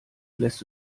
lässt